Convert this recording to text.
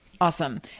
Awesome